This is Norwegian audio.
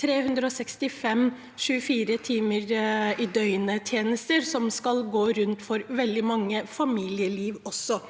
365 dager med 24 timer i døgnet-tjenester, som skal gå rundt for veldig mange familieliv også.